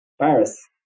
virus